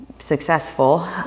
successful